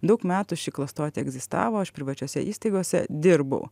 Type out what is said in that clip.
daug metų ši klastotė egzistavo aš privačiose įstaigose dirbau